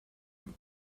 and